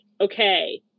okay